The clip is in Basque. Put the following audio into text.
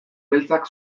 beltzak